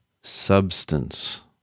substance